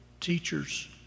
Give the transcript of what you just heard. teachers